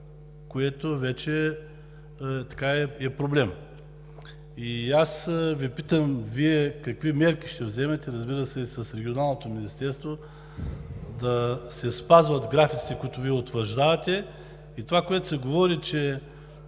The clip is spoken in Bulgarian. което вече е проблем. И аз Ви питам: Вие какви мерки ще вземете, разбира се, с Регионалното министерство, да се спазват графиците, които Вие утвърждавате? И това, което се говори, че